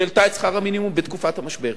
שהעלתה את שכר המינימום בתקופת המשבר.